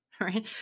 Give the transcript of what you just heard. right